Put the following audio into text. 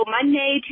Monday